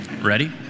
Ready